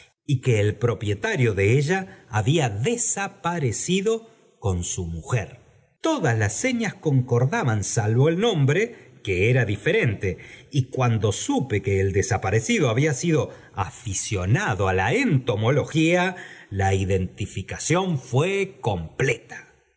y que el opietano de ella había desaparecido con su todas las señas concordaban salvo el nombre que era diferente y cuando supe que el desadar c fi había s d aficionado á la entomología p la identificación fué completa